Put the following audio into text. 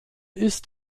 ist